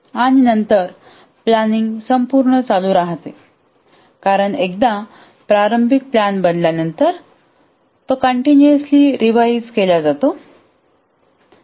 आणि नंतर प्लॅनिंग संपूर्ण चालू राहते कारण एकदा प्रारंभिक प्लॅन बनल्यानंतर तो कन्टीनुअसली रिवाइज केली जातो